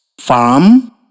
farm